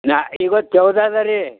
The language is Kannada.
ನಾನು ಇವತ್ತು ಚೌದ ಅದ ರೀ